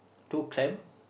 two clam